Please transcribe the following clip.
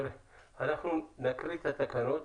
אנחנו נקריא את התקנות,